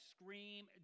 scream